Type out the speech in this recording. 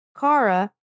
Kara